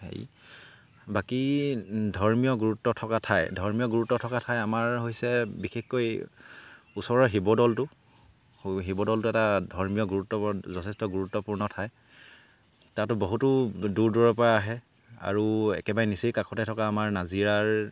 হেৰি বাকী ধৰ্মীয় গুৰুত্ব থকা ঠাই ধৰ্মীয় গুৰুত্ব থকা ঠাই আমাৰ হৈছে বিশেষকৈ ওচৰৰ শিৱদৌলটো শিৱদৌলটো এটা ধৰ্মীয় গুৰুত্ব বৰ যথেষ্ট গুৰুত্বপূৰ্ণ ঠাই তাতো বহুতো দূৰ দূৰৰ পৰা আহে আৰু একেবাৰে নিচেই কাষতে থকা আমাৰ নাজিৰাৰ